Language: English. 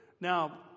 Now